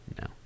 No